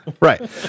Right